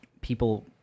people